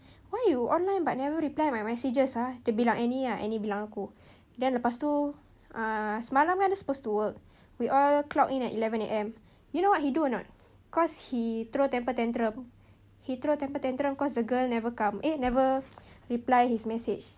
why you online but never reply my messages ah dia bilang annie ah then annie bilang aku then lepas tu ah semalam kan dia supposed to work we all clock in at eleven A_M you know what he do or not cause he throw temper tantrum he throw temper tantrum cause the girl never come eh never reply his message